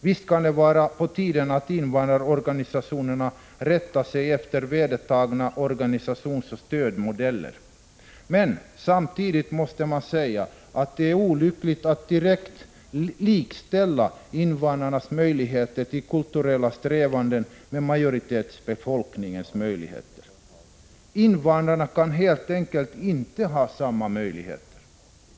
Visst kan det vara på tiden att invandrarorganisationerna rättar sig efter vedertagna organisationsoch stödmodeller, men samtidigt måste man säga att det är olyckligt att direkt likställa invandrarnas möjligheter till kulturella strävanden med majoritetsbefolkningens. Invandrarna kan helt enkelt inte ha samma möjligheter.